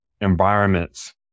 environments